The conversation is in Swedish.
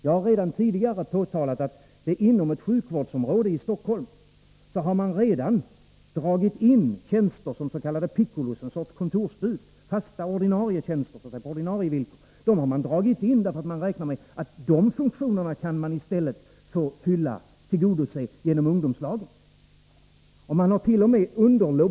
Jag har förut påtalat att man inom ett sjukvårdsområde i Stockholm redan har dragit in fasta, ordinarie s.k. pickolotjänster, dvs. tjänster som en sorts kontorsbud, därför att man räknar med att kunna tillgodose de funktionerna genom ungdomslagen. Man hart.o.m.